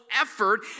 effort